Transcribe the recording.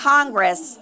Congress